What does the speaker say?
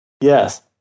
Yes